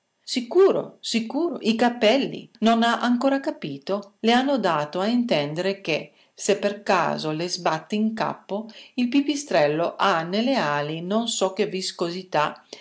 sicuro sicuro i capelli non ha ancora capito le hanno dato a intendere che se per caso le sbatte in capo il pipistrello ha nelle ali non so che viscosità